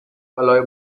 alloy